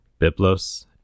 Biblos